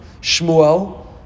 Shmuel